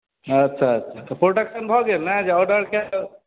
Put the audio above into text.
अच्छा अच्छा तऽ प्रोडक्शन भऽ गेल ने जे ऑर्डरके